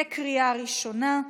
בקריאה ראשונה.